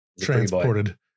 transported